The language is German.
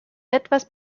etwas